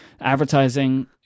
advertising